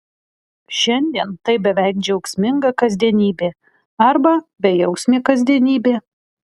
šiandien tai beveik džiaugsminga kasdienybė arba bejausmė kasdienybė